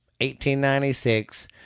1896